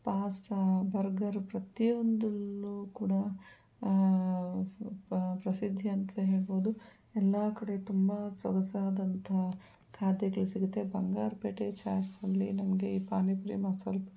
pasta burger ಪ್ರತಿಯೊಂದನ್ನು ಕೂಡ ಪ್ರಸಿದ್ಧಿ ಅಂತಲೇ ಹೇಳ್ಬೋದು ಎಲ್ಲ ಕಡೆ ತುಂಬ ಸೊಗಸಾದಂಥ ಖಾದ್ಯಗಳು ಸಿಗುತ್ತೆ ಬಂಗಾರಪೇಟೆ ಚಾಟ್ಸ್ನಲ್ಲಿ ನಮಗೆ ಪಾನಿಪುರಿ ಮಸಾಲಪುರಿ